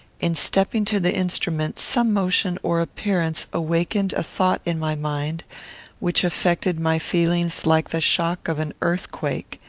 in stepping to the instrument, some motion or appearance awakened a thought in my mind which affected my feelings like the shock of an earthquake.